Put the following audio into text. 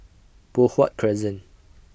Poh Huat Crescent